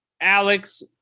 Alex